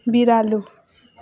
बिरालो